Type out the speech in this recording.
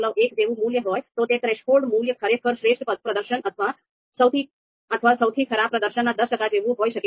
1 જેવું મૂલ્ય હોય તો તે થ્રેશોલ્ડ મૂલ્ય ખરેખર શ્રેષ્ઠ પ્રદર્શન અથવા સૌથી ખરાબ પ્રદર્શનના દસ ટકા જેવું હોઈ શકે છે